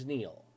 Neal